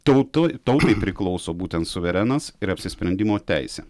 tautų tautai priklauso būtent suverenas ir apsisprendimo teisė